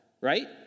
right